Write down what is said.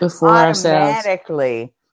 automatically